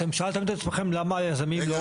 אתם שאלתם את עצמכם למה היזמים לא רוצים ---?